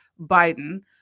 Biden